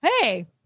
hey